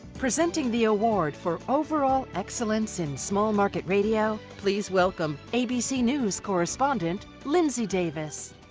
presenting the award for overall excellence in small market radio. please welcome abc news correspondent, lindsey davis.